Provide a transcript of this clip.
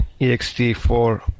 EXT4